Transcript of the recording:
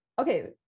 okay